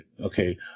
okay